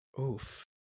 Oof